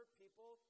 people